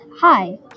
Hi